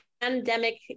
pandemic